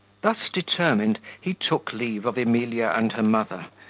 thus determined, he took leave of emilia and her mother,